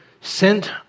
sent